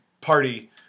Party